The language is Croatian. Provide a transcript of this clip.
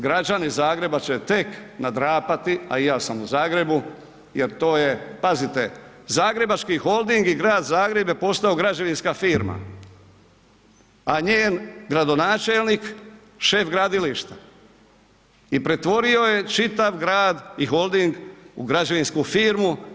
Građani Zagreba će tek nadrapati, a i ja sam u Zagrebu, jer to je, pazite Zagrebački holding i Grad Zagreb je posao građevinska firma, a njen gradonačelnik šef gradilišta i pretvorio je čitav grad i holding u građevinsku firmu.